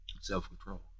Self-control